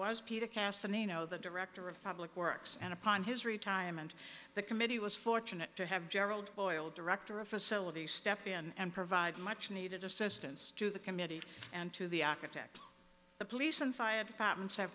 was peter cast on a no the director of public works and upon his retirement the committee was fortunate to have gerald boyle director of facilities step in and provide much needed assistance to the committee and to the architect the police and fire departments have